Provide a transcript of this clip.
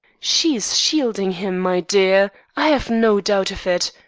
she's shielding him, my dear. i've no doubt of it.